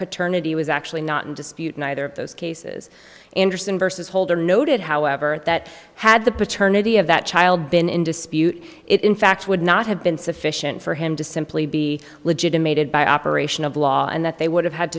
paternity was actually not in dispute neither of those cases anderson vs holder noted however that had the paternity of that child been in dispute it in fact would not have been sufficient for him to simply be legitimated by operation of law and that they would ha